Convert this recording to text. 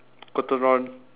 cotton on